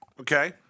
okay